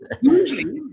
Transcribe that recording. usually